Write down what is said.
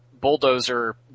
Bulldozer